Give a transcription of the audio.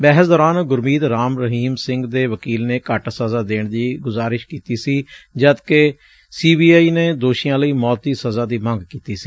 ਬਹਿਸ ਦੌਰਾਨ ਗੁਰਮੀਤ ਰਾਮ ਰਹੀਮ ਸਿੰਘ ਦੇ ਵਕੀਲ ਨੇ ਘੱਟ ਸਜ਼ਾ ਦੇਣ ਦੀ ਗੁਜ਼ਾਰਿਸ਼ ਕੀਤੀ ਸੀ ਜਦਕਿ ਸੀ ਬੀ ਆਈ ਨੇ ਦੋਸ਼ੀਆਂ ਲਈ ਮੌਤ ਦੀ ਸਜ਼ਾ ਦੀ ਮੰਗ ਕੀਤੀ ਸੀ